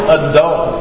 adult